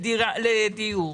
שזכאים לדיור,